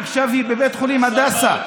עכשיו היא בבית החולים הדסה.